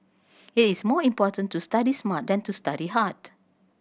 it is more important to study smart than to study hard